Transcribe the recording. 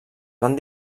van